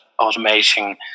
automating